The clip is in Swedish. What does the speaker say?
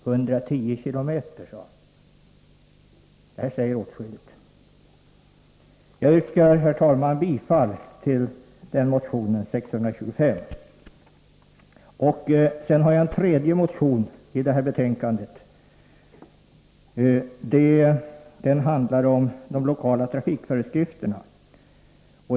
Han sade att svaret var 110 km. Det säger åtskilligt! Herr talman! Jag yrkar bifall till motion 625. För det tredje har jag en motion som handlar om de lokala trafikföreskrifterna.